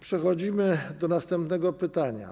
Przechodzimy do następnego pytania.